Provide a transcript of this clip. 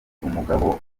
umugabo